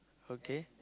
okay